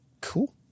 Cool